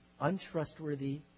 untrustworthy